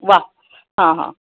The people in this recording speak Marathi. वा हां हां